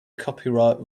copyright